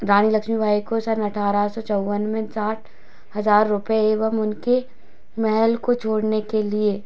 रानी लक्ष्मीबाई को सन् अठारह सौ चौवन में साठ हज़ार रुपये एवम उनके महल को छोड़ने के लिए